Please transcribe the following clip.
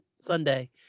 Sunday